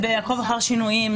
ב"עקוב אחר שינויים".